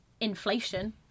inflation